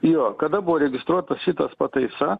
jo kada buvo registruotos šitos pataisa